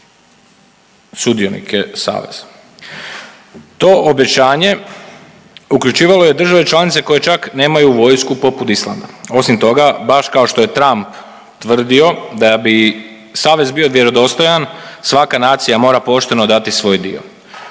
To obećanje uključivalo je države članice koje čak nemaju vojsku, poput Islanda. Osim toga, baš kao što je Trump tvrdio da bi savez bio vjerodostojan, svaka nacija mora pošteno dati svoj dio.